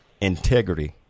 integrity